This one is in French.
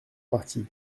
parti